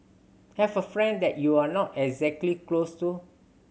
have a friend that you're not exactly close to